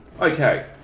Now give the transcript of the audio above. okay